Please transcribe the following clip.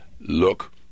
look